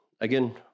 again